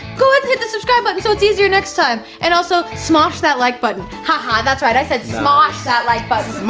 go ahead and hit the subscribe button so it's easier next time. and also, smosh that like button. haha, that's right, i said smosh that like button.